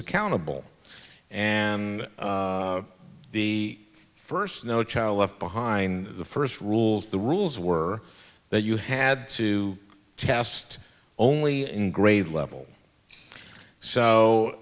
accountable and the first no child left behind the first rules the rules were that you had to test only in grade level